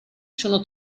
sono